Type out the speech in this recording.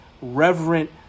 reverent